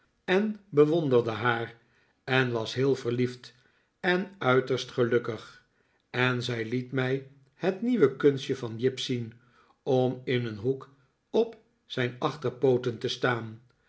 en bewonderde haar en was heel verliefd en uiterst gelukkig en zij liet mij het nieuwe kunstje van jip zien om in een hoek op zijn achterpooten te staan